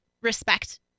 respect